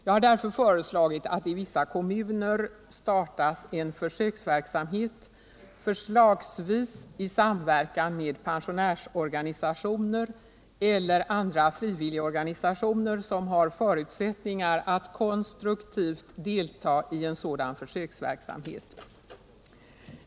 Jag har därför föreslagit att det i vissa kommuner startas en försöksverksamhet, förslagsvis i samverkan med pensionärsorganisationer eller andra frivilligorganisationer som har förutsättningar att konstruktivt delta i en sådan försöksverksamhet.